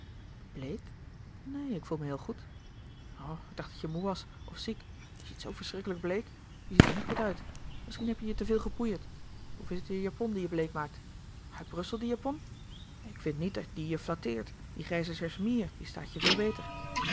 neen ik voel me heel goed o ik dacht datje moê was of ziek je ziet zoo verschrikkelijk bleek je ziet er niet louis couperus de boeken der kleine zielen goed uit misschien heb je je te veel gepoeierd of is het je japon die je bleek maakt uit brussel die japon ik vind niet dat die je flatteert die grijze cachemire staat je veel beter